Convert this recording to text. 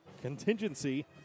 contingency